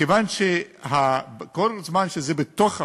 מכיוון שכל זמן שזה בתוך האוצר,